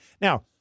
Now